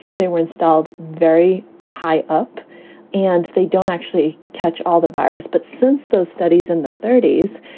they were installed very high up and they don't actually touch all the virus. but since those studies in the thirty s,